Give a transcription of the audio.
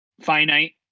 finite